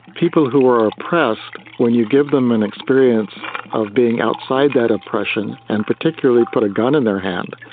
people who are oppressed, when you give them an experience of being outside that oppression and particularly put a gun in their hand,